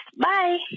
Bye